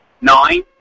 nine